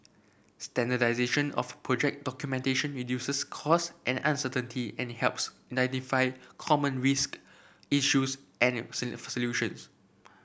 standardisation of project documentation reduces cost and uncertainty and helps identify common risk issues and solutions